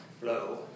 Flow